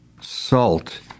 salt